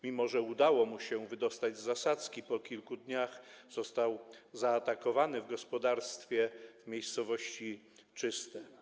Mimo że udało mu się wydostać z zasadzki, po kilku dniach został zaatakowany w gospodarstwie w miejscowości Czyste.